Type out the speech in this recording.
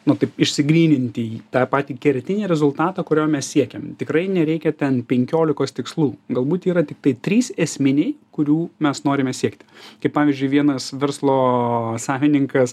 nu taip išsigryninti jį tą patį kertinį rezultatą kurio mes siekiam tikrai nereikia ten penkiolikos tikslų galbūt yra tiktai trys esminiai kurių mes norime siekti kaip pavyzdžiui vienas verslo savininkas